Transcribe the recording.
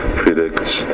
predicts